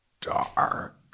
dark